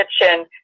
kitchen